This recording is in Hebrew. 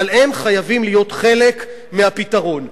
אבל הם חייבים להיות חלק מהפתרון.